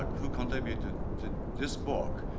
who contributed to this book,